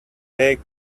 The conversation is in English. take